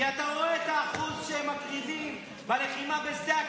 כי אתה רואה את האחוז שהם מקריבים בלחימה בשדה הקרב.